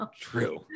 true